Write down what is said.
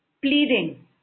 Pleading